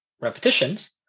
Repetitions